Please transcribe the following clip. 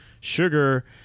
sugar